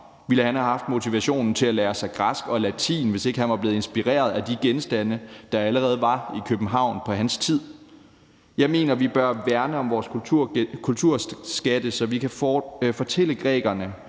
Ville han have haft motivationen til at lære sig græsk og latin, hvis ikke han var blevet inspireret af de genstande, der allerede var i København på hans tid? Jeg mener, vi bør værne om vores kulturskatte, så vi kan fortælle danskerne